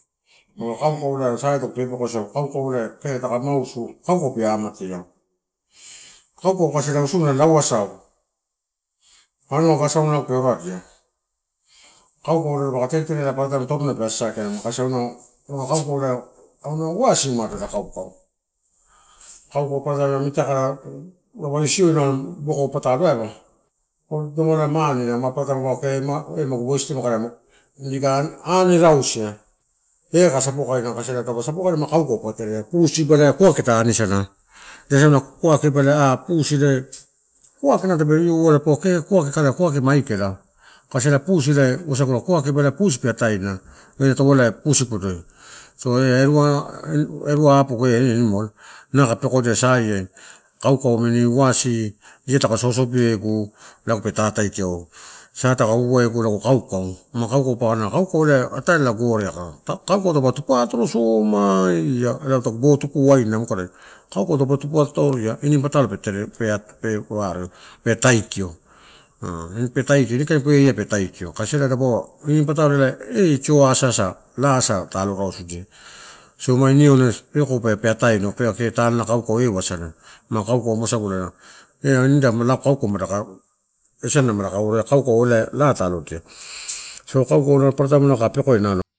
Ua kauko saia tagu pepekoisagu, elai kee taku mausu kauko pe amatiau. Kauko kasi isuna na lauasau, anua aga asaunala logo pe orudia. Kauko nalo taupe teterea toruna pe assaki kasi auna kauko na wasi umano auna kauko. Kauko papara nalo mitakala isioi boko patalo aiba, domalai mane ma paparataim paua kee eh mugu weistimua dika ni rausia eh kai sakopuina kasi taupe sakopaina ma kauko pa terea. Pusi ba ela kuake ta anisala eh kuake an pusi nalo, kuake ta aniani sala ela kuake ba pusi peataena ini torolai pusi podoi. So, eh ia erua apogu eh ia animal nalo kai pekodia saia, kauko namini wasi, ia taka sosobi egu lago pe taitiau sa tau egu lago kauko ataela gore aika. Kauko taupe tupa otoro somaia ela tagu bo tuku waina mumada kauko taupe tupa atoria ini patalo petere pe taitio. Ini kain way ai pe taitio ela dapaua ini patalo eh tio asasa, laa asa ta alo rausudia. So, ma ine aunu peko pe ataeno pe kee tanela kauko eh wasala, ma kauko wasala eh nida kauko mada esene madaka araia. Kauko ela laa ta, allodia, so kauko paparataim kai peko ia nalo.